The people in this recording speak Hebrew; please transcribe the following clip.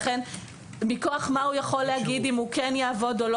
לכן מכוח מה הוא יכול להגיד אם הוא יעבוד או לא?